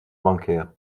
bancaire